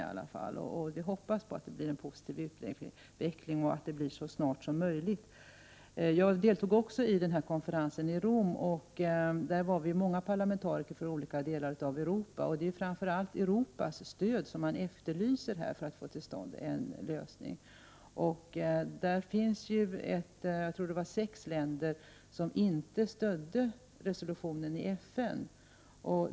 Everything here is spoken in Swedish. Jag hoppas att det blir en positiv utveckling och att den kommer så snart som möjligt. Jag deltog också i den här konferensen i Rom. I konferensen deltog många parlamentariker från olika delar av Europa. Det är också framför allt Europas stöd som man efterlyser för att få till stånd en lösning. Det var sex länder som inte stödde resolutionen i FN.